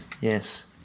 Yes